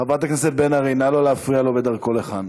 חברת הכנסת בן ארי, נא לא להפריע לו בדרכו לכאן.